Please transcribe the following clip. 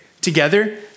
together